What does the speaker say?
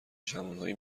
جوانهایی